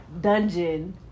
Dungeon